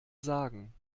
sagen